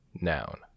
noun